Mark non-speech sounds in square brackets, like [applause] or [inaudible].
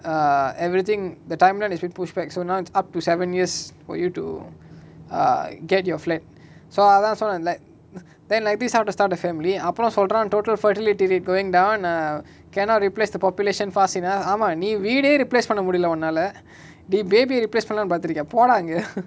uh everything the timeline is being pushed back so now it's up to seven years for you to uh get your flat so அதா சொன்ன:atha sonna like then like this how to start a family அப்ரோ சொல்ரா:apro solraa total fertility rate going down ah cannot replace the population fast enough ஆமா நீ வீடே:aama nee veede replace பன்ன முடியல ஒன்னால நீ:panna mudiyala onnaala nee baby ah replace பன்லானு பாத்திருக்க போடா அங்க:panlaanu paathiruka podaa anga [laughs]